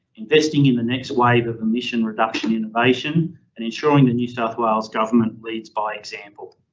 investing in the next wave of emission reduction innovation and ensuring the new south wales government leads by example.